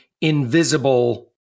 invisible